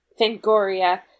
Fangoria